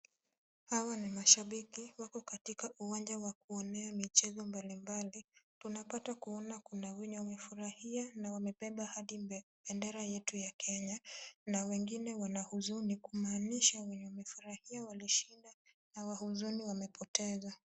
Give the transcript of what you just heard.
Hawa ni mashabiki wako katika uwanja wa kuonea michezo mbalimbali. Tunapata kuona kuna wenye wamefurahia na wamebeba hadi bendera yetu ya Kenya na wengine wana huzuni kumaanisha wenye wamefurahia wameshinda na wa huzuni wamepoteza.